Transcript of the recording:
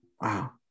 Wow